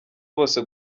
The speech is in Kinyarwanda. bose